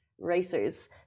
racers